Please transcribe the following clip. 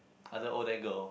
other Odac girl